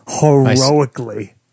heroically